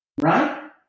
right